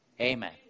Amen